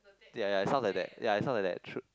ya ya ya sounds like that ya is sound like that true